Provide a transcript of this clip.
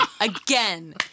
Again